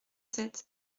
sept